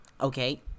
okay